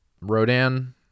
Rodan